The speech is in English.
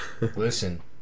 listen